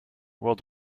world